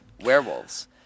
Werewolves